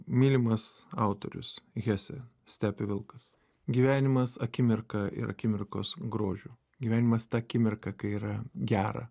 mylimas autorius hesė stepių vilkas gyvenimas akimirka ir akimirkos grožiu gyvenimas ta akimirka kai yra gera